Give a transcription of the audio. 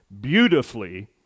beautifully